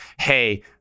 hey